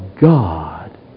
God